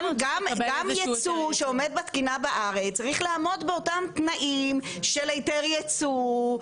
גם ייצוא שעומד בתקינה בארץ צריך לעמוד באותם תנאים של היתר ייצוא.